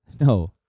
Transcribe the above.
no